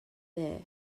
there